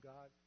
God